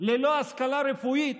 ללא השכלה רפואית,